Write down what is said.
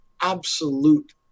absolute